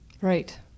right